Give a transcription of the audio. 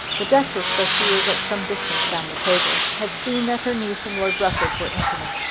the duchess, though she was at some distance down the table, had seen that her niece and lord rufford were intimate,